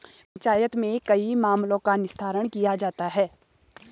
पंचायत में कई मामलों का निस्तारण किया जाता हैं